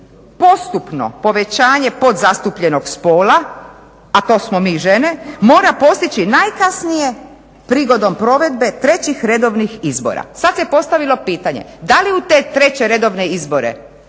postupno povećanje podzastupljenog spola, a to smo mi žene mora postići najkasnije prigodom provedbe trećih redovnih izbora. Sada se postavilo pitanje da li u te treće redovne izbore